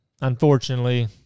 Unfortunately